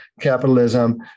capitalism